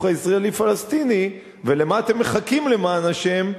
הישראלי פלסטיני ולְמה אתם מחכים למען השם,